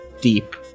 deep